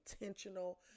intentional